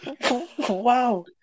Wow